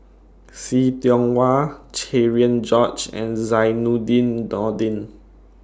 See Tiong Wah Cherian George and Zainudin Nordin